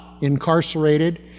incarcerated